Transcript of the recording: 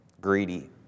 greedy